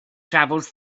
travels